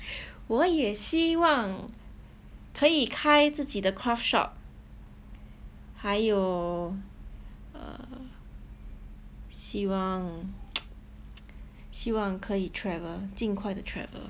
我也希望可以开自己的 craft shop 还有 err 希望希望可以 travel 尽快的 travel